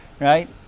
right